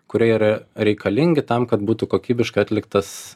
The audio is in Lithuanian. kurie yra reikalingi tam kad būtų kokybiškai atliktas